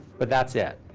but that's it.